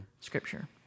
Scripture